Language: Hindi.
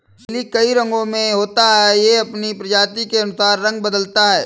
लिली कई रंगो में होता है, यह अपनी प्रजाति के अनुसार रंग बदलता है